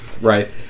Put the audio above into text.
Right